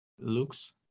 looks